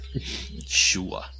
Sure